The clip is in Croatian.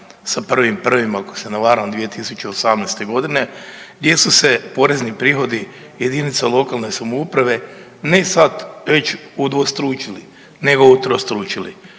sa 1.1. ako se ne varam 2018.g. gdje su se porezni prihodi jedinica lokalne samouprave ne sad već udvostručili nego utrostručili.